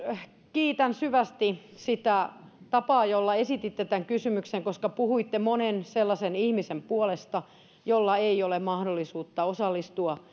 kiitän syvästi sitä tapaa jolla esititte tämän kysymyksen koska puhuitte monen sellaisen ihmisen puolesta jolla ei ole mahdollisuutta osallistua